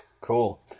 Cool